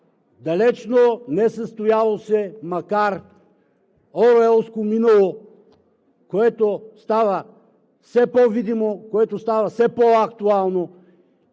макар несъстояло се Оруелско минало, което става все по-видимо, което става все по-актуално